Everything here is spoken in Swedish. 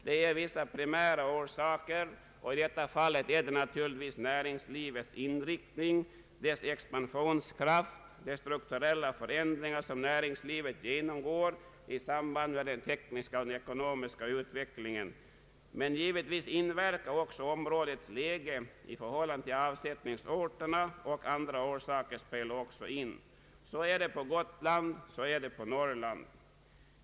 Det är vissa primära orsaker som blir avgörande, och i detta fall är det naturligtvis näringslivets inriktning, dess expansionskraft, de strukturella förändringar som näringslivet genomgår i samband med den tekniska och ekonomiska utvecklingen; givetvis inverkar också områdets läge i förhållande till avsättningsorterna. Även andra omständigheter spelar in. Så är det på Gotland, och så är det i Norrland.